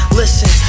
listen